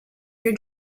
your